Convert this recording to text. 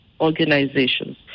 organizations